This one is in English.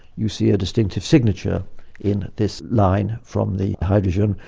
you see a distinctive signature in this line from the hydrogen,